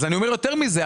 אני אומר יותר מזה.